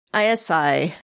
ISI